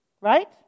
Right